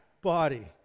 body